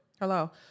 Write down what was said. Hello